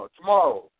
tomorrow